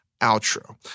outro